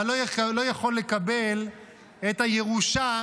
אבל לא יכול לקבל את הירושה,